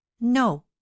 No